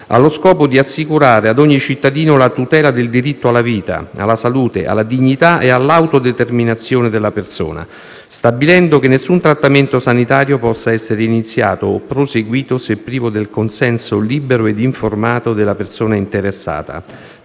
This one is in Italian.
allo scopo di assicurare ad ogni cittadino la tutela del diritto alla vita, alla salute, alla dignità e all'autodeterminazione della persona, stabilendo che nessun trattamento sanitario possa essere iniziato o proseguito se privo del consenso libero ed informato della persona interessata,